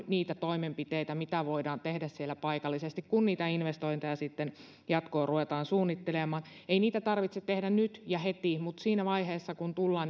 niitä toimenpiteitä mitä voidaan tehdä siellä paikallisesti kun niitä investointeja sitten jatkoon ruvetaan suunnittelemaan ei niitä tarvitse tehdä nyt ja heti mutta siinä vaiheessa kun tullaan